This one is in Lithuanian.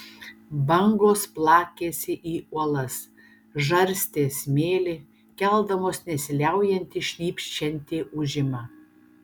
bangos plakėsi į uolas žarstė smėlį keldamos nesiliaujantį šnypščiantį ūžimą